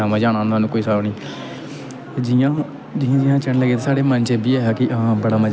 जियां जियां चढ़े लगे साढ़े मन च एह् बी आया कि हां बड़ा मजा आना हा ते इक मन च एह् बी ऐ हा कि लग्गी लुग्गी आ